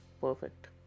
perfect